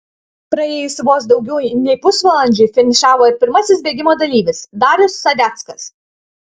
praėjus vos daugiau nei pusvalandžiui finišavo ir pirmasis bėgimo dalyvis darius sadeckas